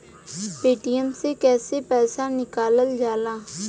Paytm से कैसे पैसा निकलल जाला?